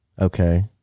Okay